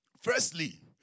Firstly